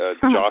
Josh